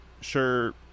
sure